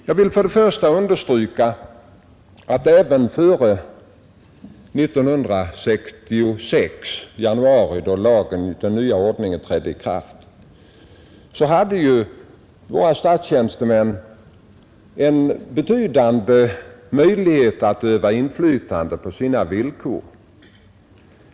Jag understryker att även före januari 1966, då den nya ordningen trädde i kraft, hade ju våra statstjänstemän en betydande möjlighet att öva inflytande på sina villkor.